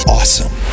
Awesome